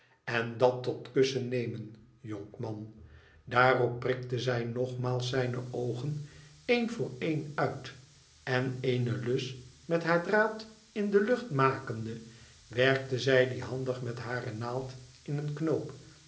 en da t tot kussen nemen jonkman i daarop prikte zij nogmaals zijne oogen een voor een uit en eene lus met haar draad in de lucht makende werkte zij die handig met hare naald in een knoop